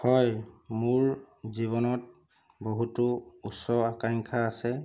হয় মোৰ জীৱনত বহুটো উচ্চাকাংক্ষা আছে